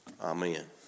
Amen